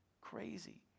Crazy